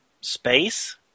space